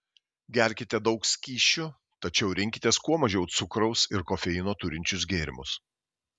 gerkite daug skysčių tačiau rinkitės kuo mažiau cukraus ir kofeino turinčius gėrimus